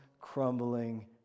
crumbling